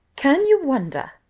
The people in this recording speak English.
can you wonder,